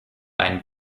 einen